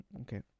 Okay